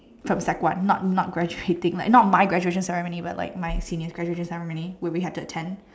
from sec one not not graduating like not my graduation ceremony but like my senior graduation ceremony where we had to attend